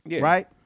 right